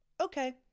okay